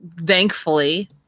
thankfully